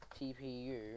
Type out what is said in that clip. TPU